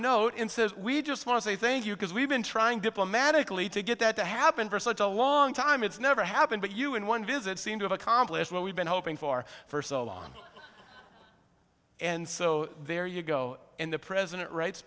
note in says we just want to say thank you because we've been trying diplomatically to get that to happen for such a long time it's never happened but you in one visit seem to have accomplished what we've been hoping for for so long and so there you go and the president wri